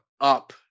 up